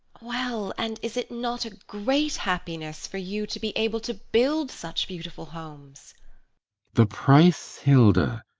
well, and is it not a great happiness for you to be able to build such beautiful homes the price, hilda!